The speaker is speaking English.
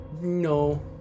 No